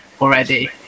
already